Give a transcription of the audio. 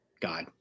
God